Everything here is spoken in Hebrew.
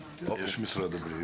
יעקב בוריאקובסקי ממשרד הבריאות.